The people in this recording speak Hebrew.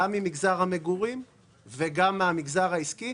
גם ממגזר המגורים וגם מהמגזר העסקי.